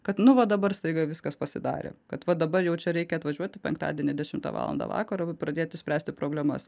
kad nu va dabar staiga viskas pasidarė kad va dabar jau čia reikia atvažiuoti penktadienį dešimtą valandą vakaro pradėtų spręsti problemas